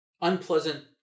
unpleasant